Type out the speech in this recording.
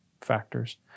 factors